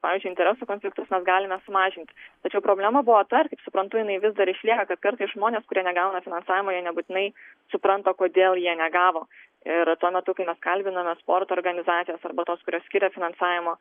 pavyzdžiui interesų konfliktus galima sumažint tačiau problema buvo ta ir kaip suprantu jinai vis dar išlieka kartais žmonės kurie negauna finansavimo nebūtinai supranta kodėl jie negavo ir tuo metu kai mes kalbinome sporto organizacijas arba tos kurios skiria finansavimą